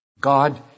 God